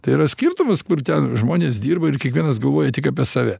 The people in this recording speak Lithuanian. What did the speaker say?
tai yra skirtumas kur ten žmonės dirba ir kiekvienas galvoja tik apie save